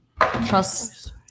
trust